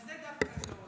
דווקא על זה היא לא עונה.